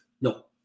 No